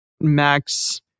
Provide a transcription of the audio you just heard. Max